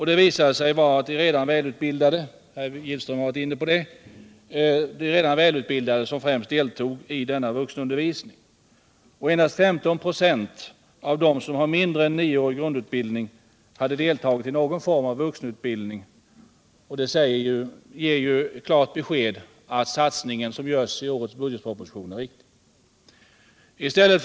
Det visade sig att det var de redan välutbildade — herr Gillström har också varit inne på detta — som främst deltog i denna vuxenundervisning. Endast 15 26 av dem som har mindre än 9-årig grundutbildning hade deltagit i någon form av vuxenutbildning. Det ger ju klart besked om att den satsning som görs i budgetpropositionen är riktig.